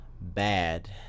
bad